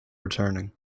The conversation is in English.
returning